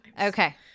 okay